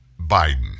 Biden